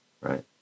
right